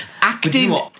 Acting